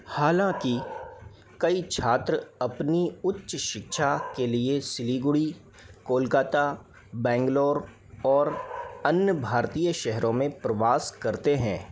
हालाँकि कई छात्र अपनी उच्च शिक्षा के लिए सिलीगुड़ी कोलकाता बैंगलोर और अन्य भारतीय शहरों में प्रवास करते हैं